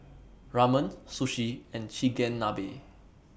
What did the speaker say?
Ramen Sushi and Chigenabe